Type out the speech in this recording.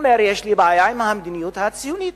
הוא אומר: יש לי בעיה עם המדיניות הציונית.